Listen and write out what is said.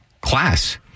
class